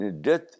Death